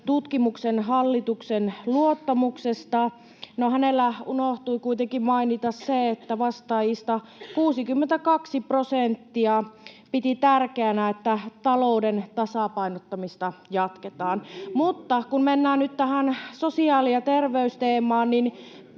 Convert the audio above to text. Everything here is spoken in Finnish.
tutkimuksen hallituksen luottamuksesta. No, häneltä unohtui kuitenkin mainita se, että vastaajista 62 prosenttia piti tärkeänä, että talouden tasapainottamista jatketaan. Kun mennään nyt tähän sosiaali- ja terveysteemaan,